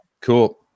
Cool